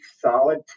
solid